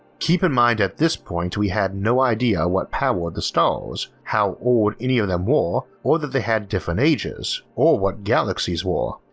keep in mind at this point we had no idea what powered the stars how old any of them were or that they had different ages, or what galaxies were.